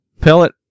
pellet